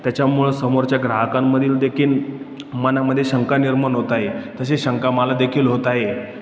त्याच्यामुळं समोरच्या ग्राहकांमधील देखील मनामध्ये शंका निर्माण होत आहे तशी शंका मला देखील होत आहे